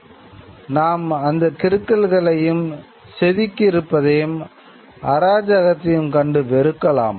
"நாம் அந்த கிறுக்கல்களையும் செதுக்கி இருப்பதையும் அராஜகத்தையும் கண்டு வெறுக்கலாம்